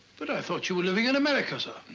but i thought you were living in america, sir.